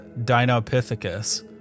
dinopithecus